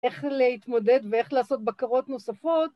איך להתמודד ואיך לעשות בקרות נוספות.